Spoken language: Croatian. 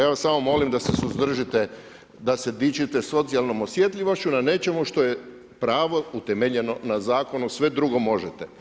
Ja vas samo molim da se suzdržite da se dičite socijalnom osjetljivošću na nečemu što je pravo utemeljeno na zakonu, sve drugo možete.